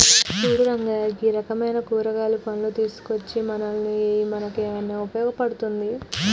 సూడు రంగయ్య గీ రకమైన కూరగాయలు, పండ్లు తీసుకోచ్చి మన్నులో ఎయ్యి మన్నుకయిన ఉపయోగ పడుతుంది